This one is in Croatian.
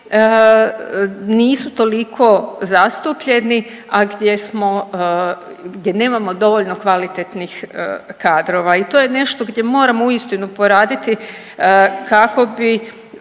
nisu toliko zastupljeni, a gdje smo, gdje nemamo dovoljno kvalitetnih kadrova. I to je nešto gdje moramo uistinu poraditi kako bi